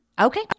Okay